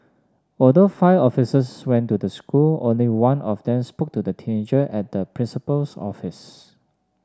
although five officers went to the school only one of them spoke to the teenager at the principal's office